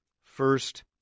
First